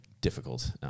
difficult